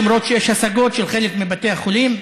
למרות שיש השגות של חלק מבתי החולים.